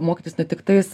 mokytis ne tik tais